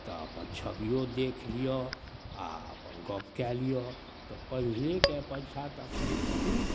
तऽ अपन छविओ देखि लिअऽ आओर अपन गप कऽ लिअऽ तऽ पहिलेके अपेक्षा तऽ एखन बहुत